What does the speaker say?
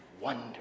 wonder